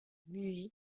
muets